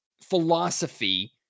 philosophy